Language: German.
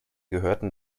gehörten